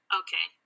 okay